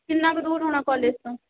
ਕਿੰਨਾ ਕੁ ਦੂਰ ਹੋਣਾ ਕੋਲੇਜ ਤੋਂ